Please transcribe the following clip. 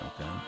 Okay